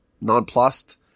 nonplussed